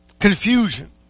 Confusion